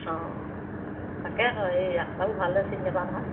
অঁ তাকে আকৌ এই ৰাস্তাবোৰ ভালদৰে চিনি নাপাওঁ নহয়